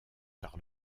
par